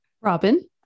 Robin